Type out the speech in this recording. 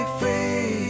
free